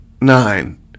Nine